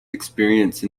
experience